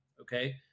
okay